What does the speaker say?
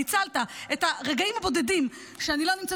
ניצלת את הרגעים הבודדים שאני לא נמצאת